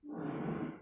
oh